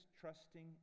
trusting